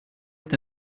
est